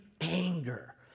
anger